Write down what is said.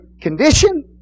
condition